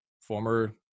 former